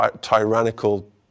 tyrannical